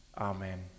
Amen